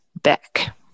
back